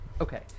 Okay